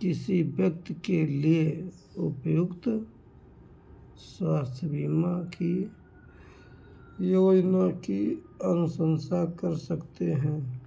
किसी व्यक्ति के लिए उपयुक्त स्वास्थ्य बीमा योजना की अनुसंसा कर सकते हैं